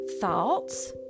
Thoughts